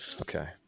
Okay